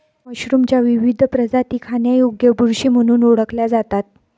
मशरूमच्या विविध प्रजाती खाण्यायोग्य बुरशी म्हणून ओळखल्या जातात